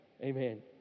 Amen